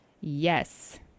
Yes